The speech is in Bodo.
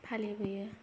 फालिबोयो